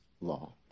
law